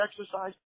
exercise